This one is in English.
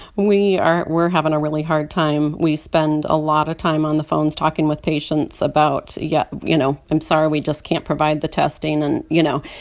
we are we're having a really hard time. we spend a lot of time on the phones talking with patients about yeah you know, i'm sorry we just can't provide the testing. and you know,